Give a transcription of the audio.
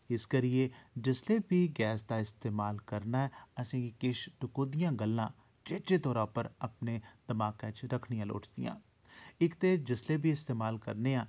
इस करियै जिसलै बी गैस दा इस्तेमाल करना ऐ असेंगी किश टकोह्दियां गल्लां चेचे तौरै उप्पर अपने दमाकै च रक्खनियां लोड़चदियां न इक ते जिसलै बी इस्तेमाल करनेआं